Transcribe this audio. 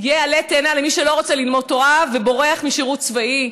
יהיה עלה תאנה למי שלא רוצה ללמוד תורה ובורח משירות צבאי.